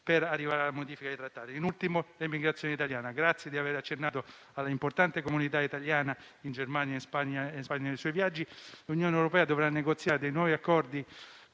per arrivare alle modifiche dei trattati. Da ultimo, mi soffermo sul tema dell'emigrazione italiana. Grazie per aver accennato all'importante comunità italiana in Germania e Spagna nei suoi viaggi. L'Unione europea dovrà negoziare nuovi accordi